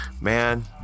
man